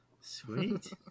Sweet